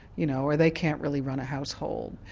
you know, or they can't really run a household.